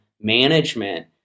management